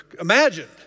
imagined